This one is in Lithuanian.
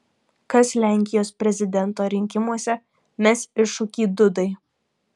kas lenkijos prezidento rinkimuose mes iššūkį dudai